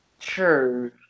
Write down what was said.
True